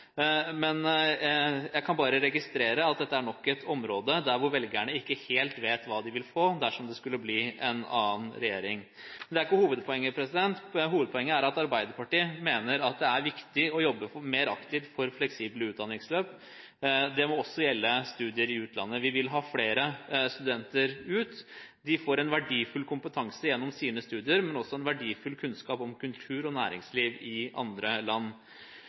Men jeg kan bare registrere at dette er nok et område der velgerne ikke helt vet hva de vil få dersom det skulle bli en annen regjering. Men det er ikke hovedpoenget. Hovedpoenget er at Arbeiderpartiet mener at det er viktig å jobbe mer aktivt for fleksible utdanningsløp. Det må også gjelde studier i utlandet. Vi vil ha flere studenter ut. De får verdifull kompetanse gjennom sine studier, men også verdifull kunnskap om kultur og næringsliv i andre land.